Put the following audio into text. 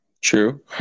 True